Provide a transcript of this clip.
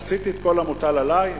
עשיתי את כל המוטל עלי,